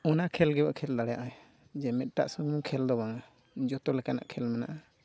ᱚᱱᱟ ᱠᱷᱮᱞ ᱜᱮ ᱠᱷᱮᱞ ᱫᱟᱲᱮᱭᱟᱜ ᱟᱭ ᱡᱮ ᱢᱤᱫᱴᱟᱜ ᱥᱩᱢᱩᱝ ᱠᱷᱮᱞ ᱫᱚ ᱵᱟᱝ ᱡᱚᱛᱚ ᱞᱮᱠᱟᱱᱟᱜ ᱠᱷᱮᱞ ᱢᱮᱱᱟᱜᱼᱟ